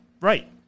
right